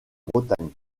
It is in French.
bretagne